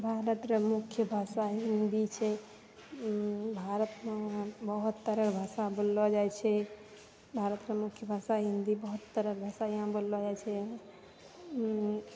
भारतके मुख्य भाषा हिन्दी छै भारतमे बहुत तरह भाषा बोललो जाइ छै भारतके मुख्य भाषा हिन्दी बहुत तरहके भाषा यहाँ बोललो जाइ छै